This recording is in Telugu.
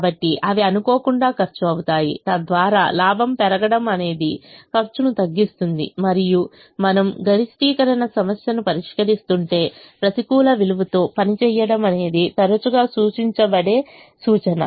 కాబట్టి అవి అనుకోకుండా ఖర్చు అవుతాయి తద్వారా లాభం పెరగడం అనేది ఖర్చును తగ్గిస్తుంది మరియు మనము గరిష్టీకరణ సమస్యను పరిష్కరిస్తుంటే ప్రతికూల విలువలతో పని చేయడం అనేది తరచుగా సూచించబడే సూచన